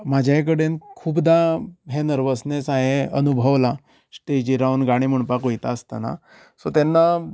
म्हज्याय कडेन खुबदा हें नर्वसनेस हांवें अनुभवलां स्टेजीर रावन गाणे म्हणपाक वयता आसतना सो तेन्ना